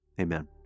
amen